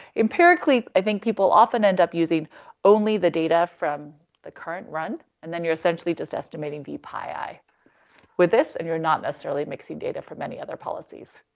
empirically, i think people often end up using only the data from the current run, and then you're essentially just estimating v pi, with this and you're not necessarily mixing data for many other policies.